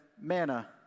manna